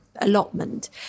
allotment